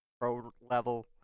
pro-level